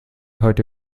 heute